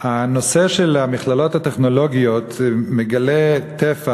הנושא של המכללות הטכנולוגיות מגלה טפח